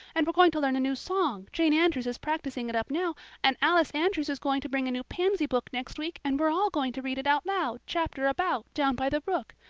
and we're going to learn a new song jane andrews is practicing it up now and alice andrews is going to bring a new pansy book next week and we're all going to read it out loud, chapter about, down by the brook.